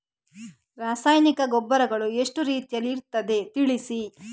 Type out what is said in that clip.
ರಾಸಾಯನಿಕ ಗೊಬ್ಬರಗಳು ಎಷ್ಟು ರೀತಿಯಲ್ಲಿ ಇರ್ತದೆ ತಿಳಿಸಿ?